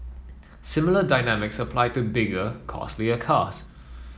similar dynamics apply to bigger costlier cars